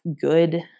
good